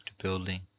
Building